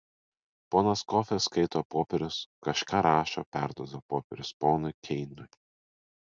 ponas kofis skaito popierius kažką rašo perduoda popierius ponui keiniui